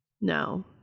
No